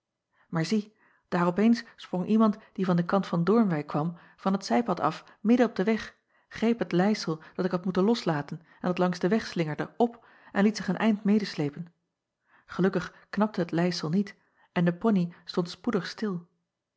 aar zie daar op eens sprong iemand die van den kant van oornwijck kwam van het zijpad af midden op den weg greep het leisel dat ik had moeten loslaten en dat langs den weg slingerde op en liet zich een eind medeslepen elukkig knapte het leisel niet en de poney stond spoedig stil